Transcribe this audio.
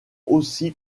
aussi